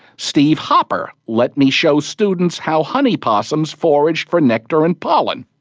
steve hopper let me show students how honey possums forage for nectar and pollen.